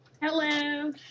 Hello